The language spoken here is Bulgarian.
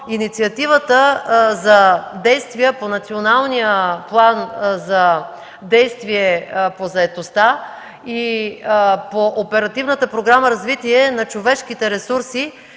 инициативата за действия по Националния план за действие по заетостта и по Оперативната програма „Развитие на човешките ресурси”